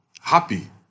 happy